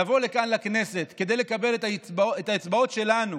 לבוא לכאן לכנסת כדי לקבל את האצבעות שלנו